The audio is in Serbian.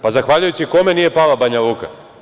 Zahvaljujući kome nije pala Banja Luka?